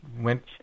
went